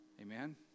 amen